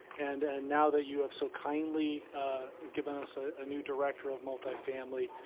and and now that you have so kindly given us a ah new director of multifamily,